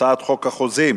הצעת חוק החוזים